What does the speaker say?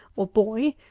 or boy,